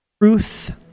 truth